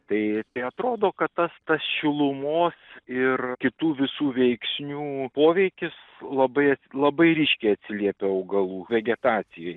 tai atrodo kad tas tas šilumos ir kitų visų veiksnių poveikis labai labai ryškiai atsiliepia augalų vegetacijai